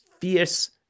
fierce